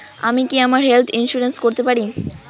আমি কি আমার হেলথ ইন্সুরেন্স করতে পারি?